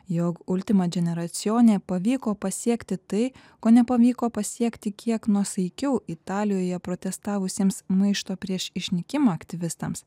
jog ultimadženeracijone pavyko pasiekti tai ko nepavyko pasiekti kiek nuosaikiau italijoje protestavusiems maišto prieš išnykimą aktyvistams